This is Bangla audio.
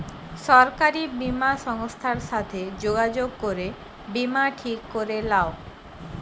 সরকারি বীমা সংস্থার সাথে যোগাযোগ করে বীমা ঠিক করে লাও